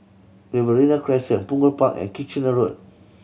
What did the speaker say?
Riverina Crescent Punggol Park and Kitchener Road